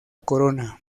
corona